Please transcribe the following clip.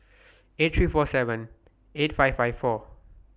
eight three four seven eight five five four